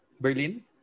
Berlin